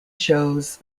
shows